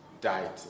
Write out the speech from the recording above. died